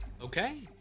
Okay